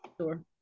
Sure